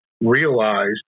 realized